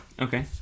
Okay